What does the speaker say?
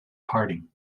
parting